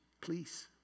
please